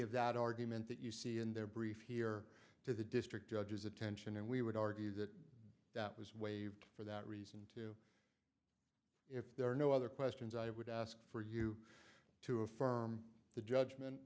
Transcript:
of that argument that you see in their brief here to the district judge's attention and we would argue that that was waived for that reason too if there are no other questions i would ask for you to affirm the judgment